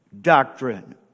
doctrine